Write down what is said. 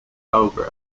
cobra